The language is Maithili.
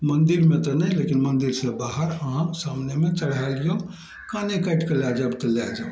मन्दिरमे तऽ नहि लेकिन मन्दिरसँ बाहर अहाँ सामनेमे चढ़ाय लियौ काने काटि कऽ लए जायब तऽ लए जाउ